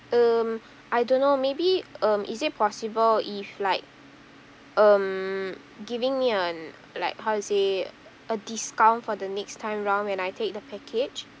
um I don't know maybe um is it possible if like um giving me an like how to say a discount for the next time round when I take the package